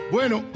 Bueno